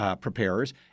preparers